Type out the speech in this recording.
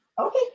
okay